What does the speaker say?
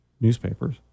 newspapers